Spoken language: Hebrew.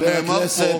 נאמר פה,